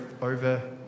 over